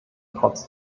trotz